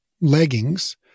leggings